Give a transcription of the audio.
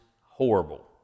horrible